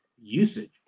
usage